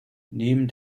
neben